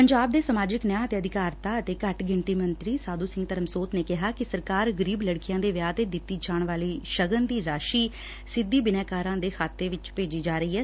ਪੰਜਾਬ ਦੇ ਸਮਾਜਿਕ ਨਿਆਂ ਅਤੇ ਅਧਿਕਾਰਤਾ ਅਤੇ ਘੱਟ ਗਿਣਤੀ ਮੰਤਰੀ ਸਾਧੂ ਸਿੰਘ ਧਰਮਸੋਤ ਨੇ ਕਿਹਾ ਕਿ ਸਰਕਾਰ ਗਰੀਬ ਲੜਕੀਆਂ ਦੇ ਵਿਆਹ ਤੇ ਦਿੱਤੀ ਜਾਣ ਵਾਲੀ ਸਗਨ ਦੀ ਰਾਸੀ ਆਰਟੀਜੀਐਸ ਸਿੱਧੀ ਬਿਨੈ ਕਾਰ ਦੇ ਖਾਤੇ ਭੇਜੀ ਜਾ ਰਹੀ ਐ